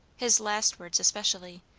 his last words especially,